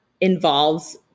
involves